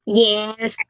yes